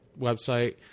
website